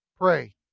Pray